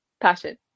Passion